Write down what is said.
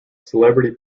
celebrity